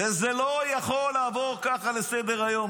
וזה לא יכול לעבור ככה לסדר-היום.